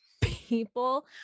people